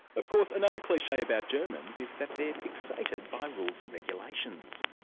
of course another cliche about germans is that they're fixated by rules and regulations.